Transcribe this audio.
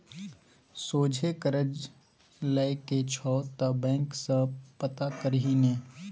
सोझे करज लए के छौ त बैंक सँ पता करही ने